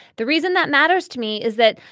the reason that matters to me is that,